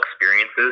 experiences